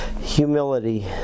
Humility